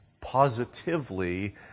positively